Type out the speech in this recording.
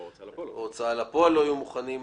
או שהוצאה לפועל לא יהיו מוכנים,